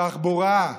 תחבורה,